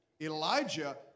Elijah